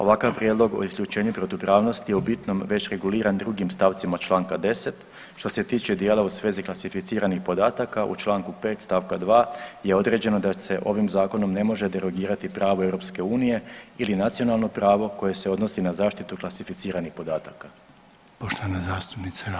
Ovakav prijedlog o isključenju protupravnosti je u bitnom već reguliran drugim stavcima članka 10. što se tiče dijela u svezi klasificiranih podataka u članku 5. stavka 2. je određeno da se ovim zakonom ne može derogirati pravo EU ili nacionalno pravo koje se odnosi na zaštitu klasificiranih podataka.